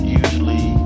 usually